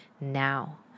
now